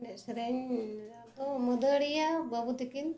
ᱮᱱᱮᱡ ᱥᱮᱨᱮᱧ ᱫᱚ ᱢᱟᱹᱫᱟᱹᱲᱤᱭᱟ ᱵᱟᱹᱵᱩ ᱛᱟᱠᱤᱱ